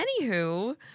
Anywho